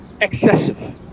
excessive